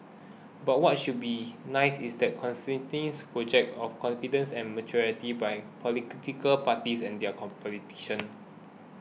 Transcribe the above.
but what should be nice is the consistent project of confidence and maturity by political parties and their politicians